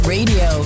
Radio